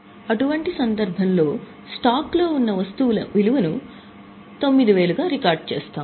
అటువంటి సందర్భంలో స్టాక్ లో ఉన్న వస్తువు విలువను రూ 9000 గా రికార్డ్ చేస్తాము